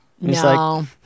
No